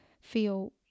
feel